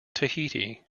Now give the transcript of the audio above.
tahiti